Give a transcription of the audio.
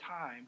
time